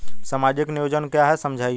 सामाजिक नियोजन क्या है समझाइए?